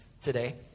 today